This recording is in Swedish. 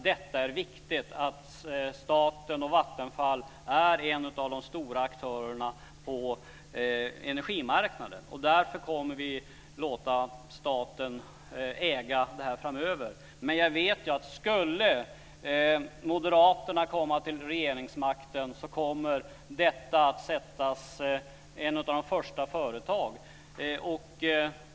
Det är viktigt att staten och Vattenfall är en av de stora aktörerna. Därför kommer vi att låta staten äga Vattenfall framöver. Men jag vet ju att skulle moderaterna komma till regeringsmakten kommer Vattenfall vara ett av de första företagen som skulle säljas ut.